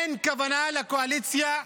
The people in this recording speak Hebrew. אין כוונה לקואליציה,